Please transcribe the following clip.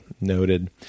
noted